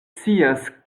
scias